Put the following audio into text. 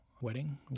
wedding